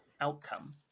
outcome